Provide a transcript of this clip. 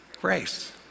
grace